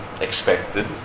expected